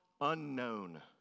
unknown